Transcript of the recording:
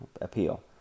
appeal